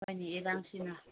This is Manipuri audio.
ꯍꯣꯏꯅꯦ ꯏꯔꯥꯡꯁꯤꯅ